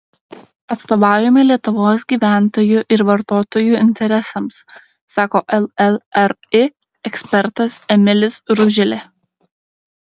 atstovaujame lietuvos gyventojų ir vartotojų interesams sako llri ekspertas emilis ruželė